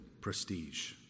prestige